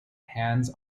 hands